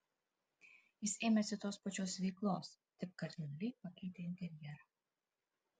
jis ėmėsi tos pačios veiklos tik kardinaliai pakeitė interjerą